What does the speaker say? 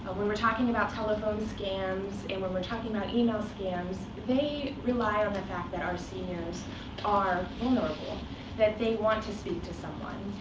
ah when we're talking about telephone scams, and when we're talking about email scams, they rely on the fact that our seniors are vulnerable that they want to speak to someone,